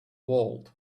world